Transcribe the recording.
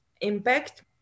impact